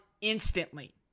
instantly